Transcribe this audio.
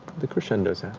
the crescendo's